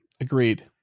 Agreed